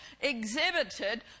exhibited